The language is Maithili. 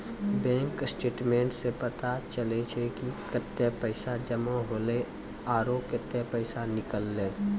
बैंक स्टेटमेंट्स सें पता चलै छै कि कतै पैसा जमा हौले आरो कतै पैसा निकललै